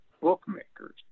bookmakers